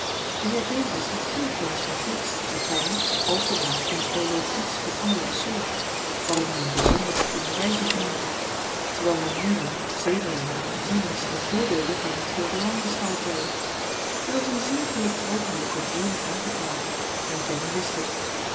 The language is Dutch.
de heer davis had veel kennis van grieksch latijn algebra en ologies van allerlei soort waarom hij een bijzonder goed onderwijzer genoemd werd terwijl manieren zedenleer gevoelens en voorbeelden van niet veel belang beschouwd werden het was een zeer gelukkig oogenblik om amy aan te klagen en jenny wist bet